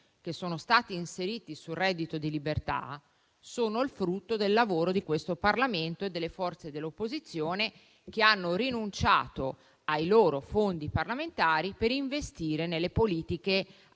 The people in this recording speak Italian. che sono stati inseriti sul reddito di libertà sono il frutto del lavoro di questo Parlamento e delle forze dell'opposizione che hanno rinunciato ai loro fondi parlamentari per investire nelle politiche a